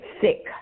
sick